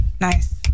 Nice